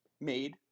made